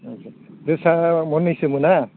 आदसा जोसा महननैसो मोना